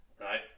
right